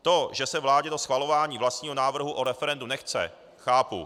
To, že se vládě schvalování vlastního návrhu o referendu nechce, chápu.